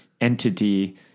entity